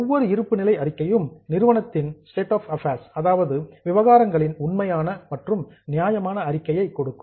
ஒவ்வொரு இருப்புநிலை அறிக்கையும் நிறுவனத்தின் ஸ்டேட் ஆஃப் அபேர்ஸ் விவகாரங்களின் உண்மையான மற்றும் நியாயமான அறிக்கையை கொடுக்கும்